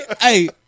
Hey